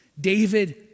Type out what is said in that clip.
David